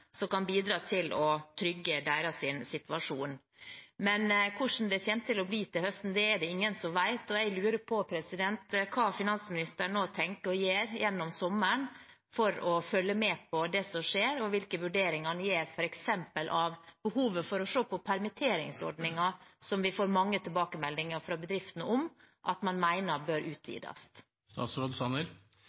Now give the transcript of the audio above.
kan bidra til å trygge deres situasjon. Men hvordan det kommer til å bli til høsten, er det ingen som vet, og jeg lurer på hva finansministeren nå tenker å gjøre gjennom sommeren for å følge med på det som skjer, og hvilke vurderinger han gjør f.eks. av behovet for å se på permitteringsordninger, som vi får mange tilbakemeldinger fra bedriftene om at man mener bør